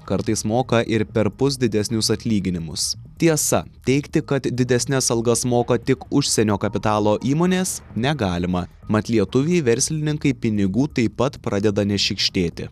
kartais moka ir perpus didesnius atlyginimus tiesa teigti kad didesnes algas moka tik užsienio kapitalo įmonės negalima mat lietuviai verslininkai pinigų taip pat pradeda nešykštėti